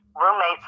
roommates